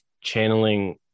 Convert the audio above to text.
channeling